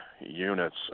units